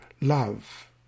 love